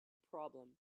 problem